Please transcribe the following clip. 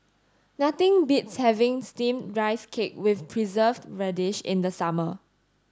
nothing beats having steamed rice cake with preserved radish in the summer